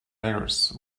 beggars